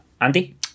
Andy